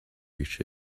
reach